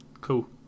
Cool